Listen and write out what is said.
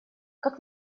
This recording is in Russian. как